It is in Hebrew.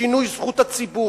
שינוי זכות הציבור,